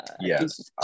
Yes